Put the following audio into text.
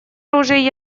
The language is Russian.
оружие